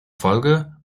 folge